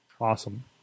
Awesome